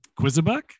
Quizabuck